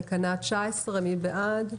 תקנה 19, מי בעד?